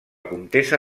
comtessa